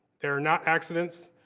they are not accidents,